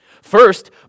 First